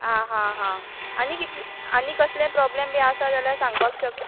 आ हा हा आनी कितलें आनी कसलें प्रॉब्लॅम बी आसा जाल्या सांगपाक शक्